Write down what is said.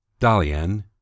Dalian